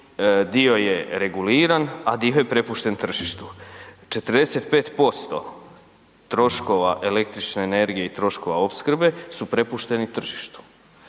dio je reguliran a dio je prepušten tržištu. 45% troškova električne energije i troškova opskrbe su prepušteni tržištu.